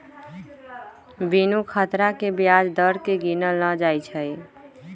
बिनु खतरा के ब्याज दर केँ गिनल न जाइ छइ